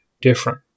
different